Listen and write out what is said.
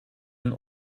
een